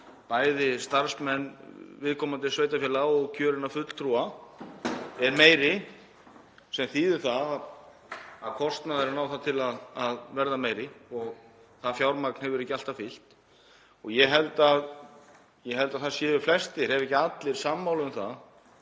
bæði starfsmenn viðkomandi sveitarfélaga og kjörinna fulltrúa er meiri sem þýðir það að kostnaðurinn á það til að verða meiri og það fjármagn hefur ekki alltaf fylgt. Ég held að flestir ef ekki allir séu sammála um að